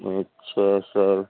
اچھا سر